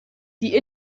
die